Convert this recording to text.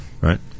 Right